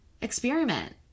Experiment